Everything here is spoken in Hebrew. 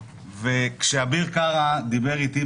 כשאביר קארה דיבר איתי,